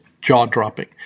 jaw-dropping